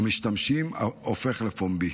הופך לפומבי,